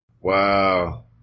Wow